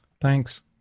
Thanks